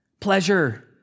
pleasure